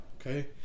Okay